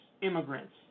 immigrants